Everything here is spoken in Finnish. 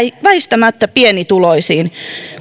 väistämättä pienituloisiin